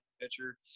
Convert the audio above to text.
pitcher